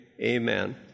amen